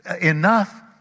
enough